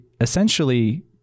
essentially